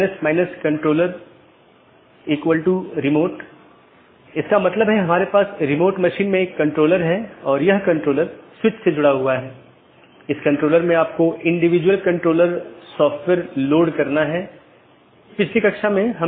इसलिए चूंकि यह एक पूर्ण मेश है इसलिए पूर्ण मेश IBGP सत्रों को स्थापित किया गया है यह अपडेट को दूसरे के लिए प्रचारित नहीं करता है क्योंकि यह जानता है कि इस पूर्ण कनेक्टिविटी के इस विशेष तरीके से अपडेट का ध्यान रखा गया है